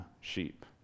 sheep